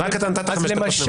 רק אתה נתת חמש דקות נאום.